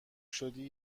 شدی